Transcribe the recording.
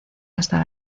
hasta